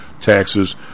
taxes